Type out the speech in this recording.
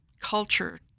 culture